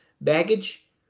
baggage